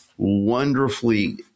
Wonderfully